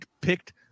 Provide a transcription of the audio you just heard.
picked